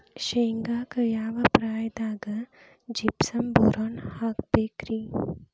ಶೇಂಗಾಕ್ಕ ಯಾವ ಪ್ರಾಯದಾಗ ಜಿಪ್ಸಂ ಬೋರಾನ್ ಹಾಕಬೇಕ ರಿ?